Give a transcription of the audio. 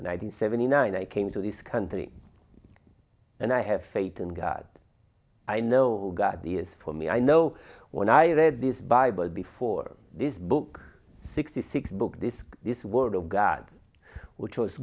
hundred seventy nine i came to this country and i have faith in god i know god the is for me i know when i read this bible before this book sixty six book this this word of god which was